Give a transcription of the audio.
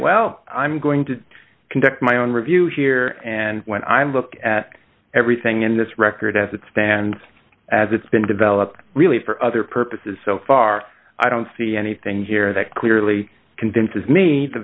well i'm going to conduct my own review here and when i look at everything in this record as it stands as it's been developed really for other purposes so far i don't see anything here that clearly convinces me the